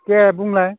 दे बुंलाय